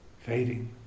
fading